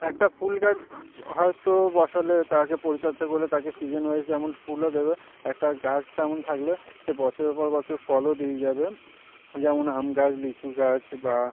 একটা ফুল গাছ হয়তো বসালে তাকে পরিচর্যা করলে তাকে সিজেন ওয়াইস যেমন ফুলও দেবে একটা গাছ তেমন থাকলে সে বছরের পর বছর ফলও দিয়ে যাবে যেমন আম গাছ লিচু গাছ বা